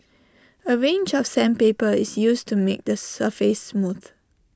A range of sandpaper is used to make the surface smooth